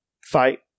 fight